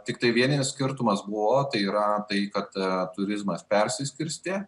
tiktai vieninis skirtumas buvo tai yra tai kad turizmas persiskirstė